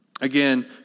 Again